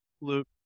Luke